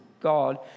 God